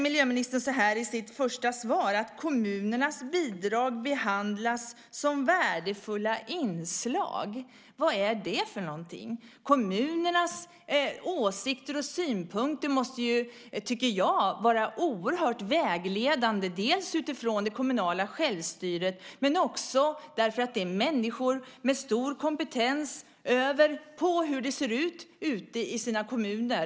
Miljöministern säger i sitt första svar att kommunernas bidrag behandlas som värdefulla inslag. Vad är det för någonting? Jag tycker att kommunernas åsikter och synpunkter måste vara oerhört vägledande dels utifrån det kommunala självstyret, dels därför att detta är människor med stor kompetens när det gäller hur det ser ut ute i deras kommuner.